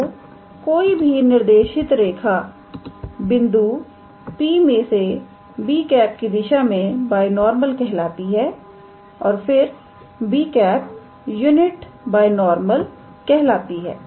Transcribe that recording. तो कोई भी निर्देशित रेखा बिंदु P में से 𝑏̂ की दिशा में बायनॉर्मल कहलाती है और फिर 𝑏̂ यूनिट बायनॉरमल कहलाती है